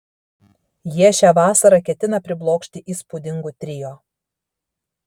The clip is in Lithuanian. jie šią vasarą ketina priblokšti įspūdingu trio